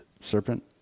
serpent